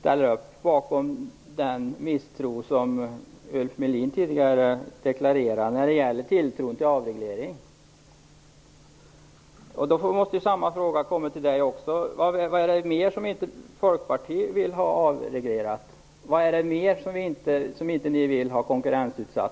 ställer sig bakom den misstro som Ulf Melin tidigare deklarerade när det gäller tilltro till avreglering. Då har jag samma fråga också till Conny Sandholm: Vad är det mera som Folkpartiet inte vill se avreglerat? Vad är det mera som ni inte vill ha konkurrensutsatt?